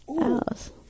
else